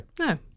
no